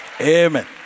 Amen